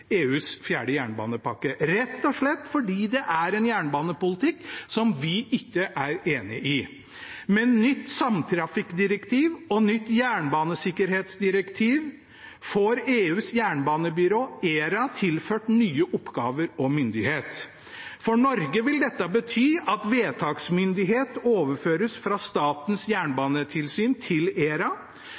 EUs fjerde jernbanepakke, rett og slett fordi det er en jernbanepolitikk som vi ikke er enig i. Med nytt samtrafikkdirektiv og nytt jernbanesikkerhetsdirektiv får EUs jernbanebyrå, ERA, tilført nye oppgaver og myndighet. For Norge vil dette bety at vedtaksmyndighet overføres fra Statens jernbanetilsyn til ERA,